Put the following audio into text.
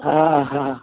हा हा हा